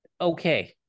okay